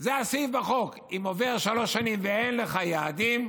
זה הסעיף בחוק: אם עוברות שלוש שנים ואין לך יעדים,